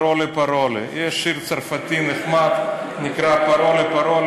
"פרולה פרולה"; יש שיר צרפתי נחמד שנקרא "פרולה פרולה".